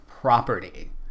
property